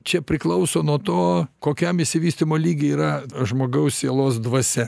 čia priklauso nuo to kokiam išsivystymo lygy yra žmogaus sielos dvasia